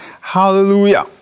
Hallelujah